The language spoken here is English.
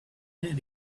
then